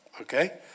Okay